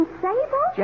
sable